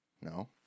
No